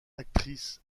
actrice